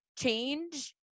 Change